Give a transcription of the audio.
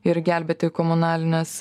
ir gelbėti komunalines